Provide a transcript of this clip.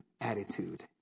attitude